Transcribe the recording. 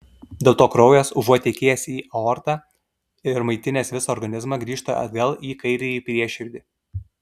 dėl to kraujas užuot tekėjęs į aortą ir maitinęs visą organizmą grįžta atgal į kairįjį prieširdį